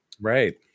Right